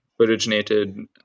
originated